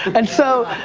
and so,